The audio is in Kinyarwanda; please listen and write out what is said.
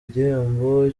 igihembo